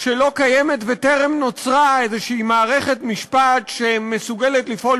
שלא קיימת וטרם נוצרה מערכת משפט שמסוגלת לפעול